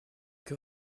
que